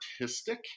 artistic